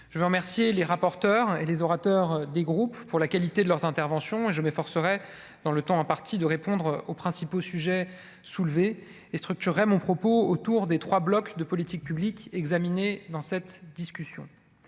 je veux remercier les rapporteurs et les orateurs des groupes pour la qualité de leurs interventions et je m'efforcerai dans le temps imparti de répondre aux principaux sujets soulevés et mon propos autour des 3 blocs de politique publique examiné dans cette discussion,